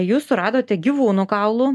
jūs suradote gyvūnų kaulų